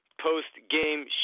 post-game